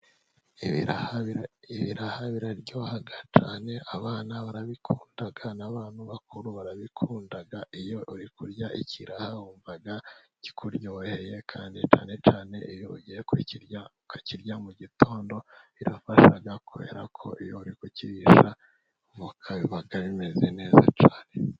Ibiraha biraryoha cyane abana barabikunda n'abantu bakuru barabikunda, iyo uri kurya ikiraha wumva kikuryoheye kandi cyane cyane iyo ugiye kukirya ukakirya mu gitondo birafasha kubera ko iyo uri kukirisha avoka biba bimeze neza cyane.